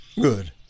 good